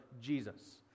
Jesus